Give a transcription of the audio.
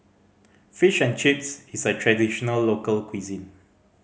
Fish and Chips is a traditional local cuisine